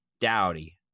Dowdy